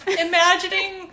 imagining